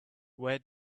where